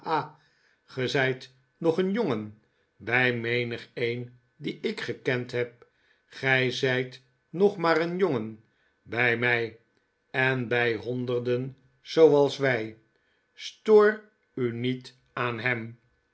ge zijt nog een jongen bij menigeen dien ik gekend heb gij zijt nog maar een jongen bij mij en bij honderden zooals wij stoor u niet aan hem